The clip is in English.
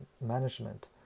management